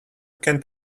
can